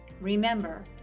remember